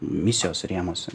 misijos rėmuose